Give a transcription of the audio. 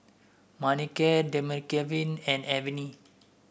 Manicare Dermaveen and Avene